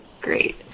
great